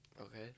Okay